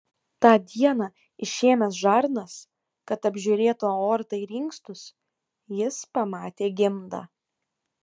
tą dieną išėmęs žarnas kad apžiūrėtų aortą ir inkstus jis pamatė gimdą